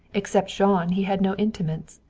except jean he had no intimates.